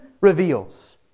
reveals